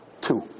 two